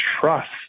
trust